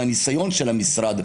מהניסיון של המשרד,